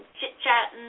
chit-chatting